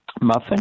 muffin